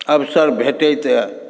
अवसर भेटैत अइ